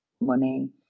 money